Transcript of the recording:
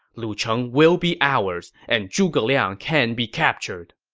lucheng will be ours, and zhuge liang can be captured.